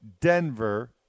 Denver